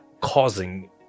causing